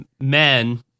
men